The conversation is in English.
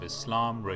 Islam